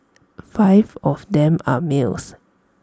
five of them are males